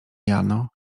jano